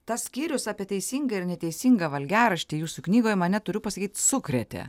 tas skyrius apie teisingą ir neteisingą valgiaraštį jūsų knygoje mane turiu pasakyt sukrėtė